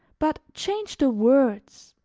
but change the words,